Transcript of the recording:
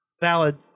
valid